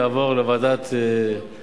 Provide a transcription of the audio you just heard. תעבור לוועדת הכלכלה.